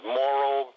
moral